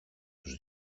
τους